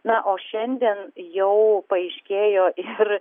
na o šiandien jau paaiškėjo ir